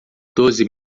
doze